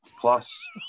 plus